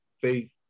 Faith